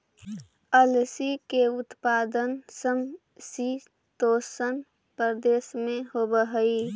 अलसी के उत्पादन समशीतोष्ण प्रदेश में होवऽ हई